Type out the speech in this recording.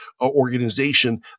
organization